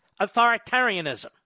authoritarianism